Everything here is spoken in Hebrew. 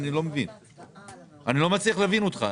אני לא מצליח להבין אותך,